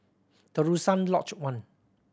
Terusan Lodge One